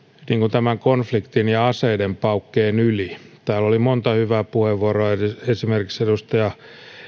tämän konfliktin ja aseiden paukkeen yli täällä oli monta hyvää puheenvuoroa esimerkiksi edustaja